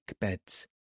beds